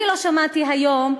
אני לא שמעתי היום,